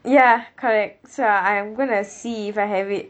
ya correct so I I'm gonna see if I have it